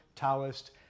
Taoist